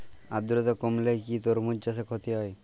আদ্রর্তা কমলে কি তরমুজ চাষে ক্ষতি হয়?